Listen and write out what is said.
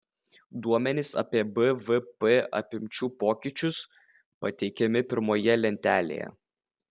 duomenys apie bvp apimčių pokyčius pateikiami pirmoje lentelėje